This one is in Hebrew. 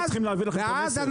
יש לי את הנתונים.